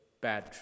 bad